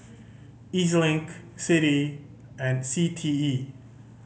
E Z Link CITI and C T E